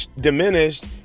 diminished